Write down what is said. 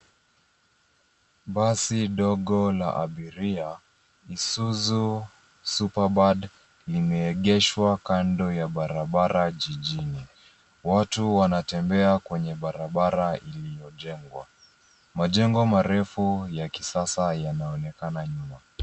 Basi dogo la abiria, Isuzu Superbad limeegeshwa kando ya barabara jijini. Watu wanatembea kwenye barabara iliyojengwa. Majengo marefu ya kisasa yanaonekana nyuma yao.